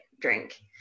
drink